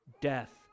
death